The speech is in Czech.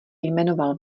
jmenoval